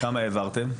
כמה העברתם?